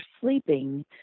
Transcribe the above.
sleeping